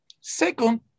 Second